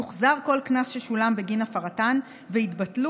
יוחזר כל קנס ששולם בגין הפרתן ויתבטלו